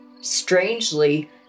strangely